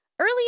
Early